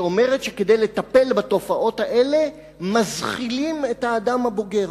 שאומרת שכדי לטפל בתופעות האלה מזחילים את האדם הבוגר.